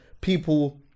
people-